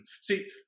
See